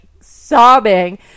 sobbing